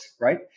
right